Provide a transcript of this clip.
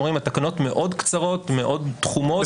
הם אומרים התקנות מאוד קצרות מאוד תחומות,